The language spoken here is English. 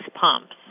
pumps